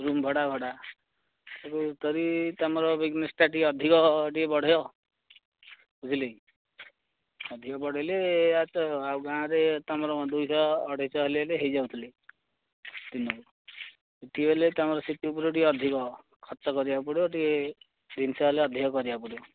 room ଭଡ଼ା ଭଡ଼ା ସବୁ କରି ତମର ବିଜନେସ୍ଟା ଟିକିଏ ଅଧିକ ଟିକିଏ ବଢ଼େଇବ ବୁଝିଲେକି ଅଧିକ ବଢ଼େଇଲେ ଆ ତୋ ଆଉ ଗାଆଁରେ ତମର ଦୁଇଶହ ଅଢ଼େଇଶ ହେଲେ ହେଲେ ହୋଇଯାଉଥିଲା ଦିନକୁ ଏଠି ହେଲେ ତମର ସିଟି ଉପରେ ଟିକିଏ ଅଧିକ ଖର୍ଚ୍ଚ କରିବାକୁ ପଡ଼ିବ ଟିକେ ଜିନିଷ ହେଲେ ଅଧିକ କରିବାକୁ ପଡ଼ିବ